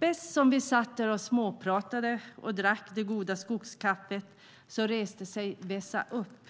Bäst som vi satt där och småpratade och drack det goda skogskaffet reste sig Vesa upp